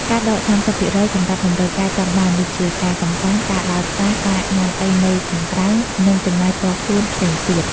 ការដក 30% សម្រាប់តម្រូវការចង់បាន ដូចជា ការកម្សាន្ត ការដើរផ្សារ ការញ៉ាំអីនៅខាងក្រៅ និងចំណាយផ្ទាល់ខ្លួនផ្សេងទៀត។